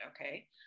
okay